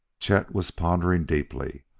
chet was pondering deeply.